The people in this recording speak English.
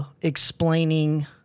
explaining